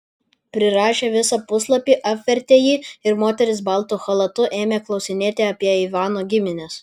prirašę visą puslapį apvertė jį ir moteris baltu chalatu ėmė klausinėti apie ivano gimines